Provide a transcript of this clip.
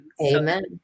Amen